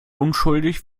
unschuldig